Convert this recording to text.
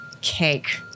Cake